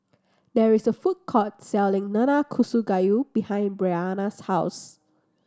there is a food court selling Nanakusa Gayu behind Bryanna's house